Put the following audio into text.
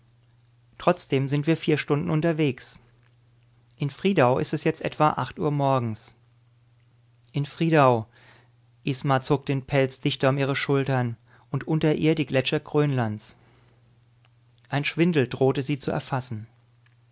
trotzdem sind wir vier stunden unterwegs in friedau ist es jetzt etwa acht uhr morgens in friedau isma zog den pelz dichter um ihre schultern und unter ihr die gletscher grönlands ein schwindel drohte sie zu erfassen